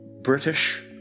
British